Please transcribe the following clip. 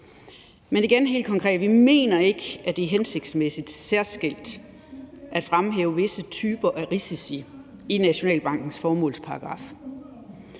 mener vi helt konkret ikke, at det er hensigtsmæssigt særskilt at fremhæve visse typer af risici i Nationalbankens formålsparagraf.